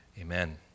Amen